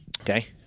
Okay